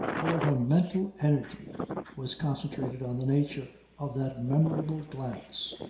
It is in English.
all her mental energy was concentrated on the nature of that memorable glance.